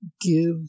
Give